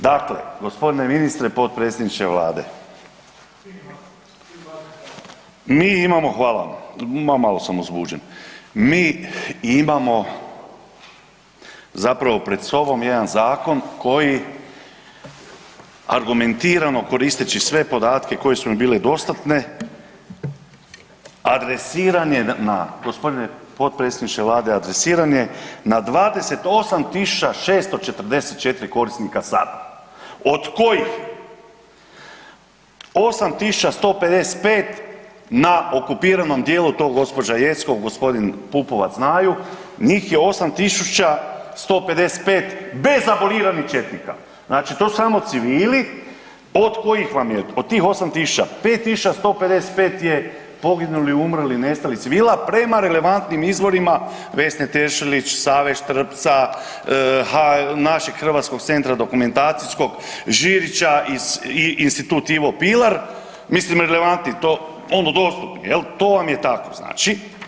Dakle, gospodine ministre potpredsjedniče Vlade mi imamo, hvala vam, ma malo sam uzbuđen, mi imamo zapravo pred sobom jedan zakon koji argumentirano koristeći sve podatke koji su mi bile dostatne adresiran je na, gospodine potpredsjedniče Vlade, adresiran je na 28.644 korisnika sad od kojih 8.155 na okupiranom dijelu to gospođa Jeckov, gospodin Pupovac znaju, njih je 8.155 bez aboliranih četnika, znači to su samo civili od kojih vam je, od tih 8.000, 5.155 je poginulih, umrlih, nestalih civila prema relevantnim izvorima Vesne Tešelić, Save Štrbca, našeg hrvatskog centra dokumentacijskog, Žirića iz Institut Ivo Pilar, mislim relevantni to ono dostupni, jel, to vam je tako znači.